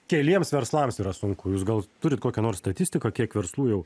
keliems verslams yra sunku jūs gal turit kokią nors statistiką kiek verslų jau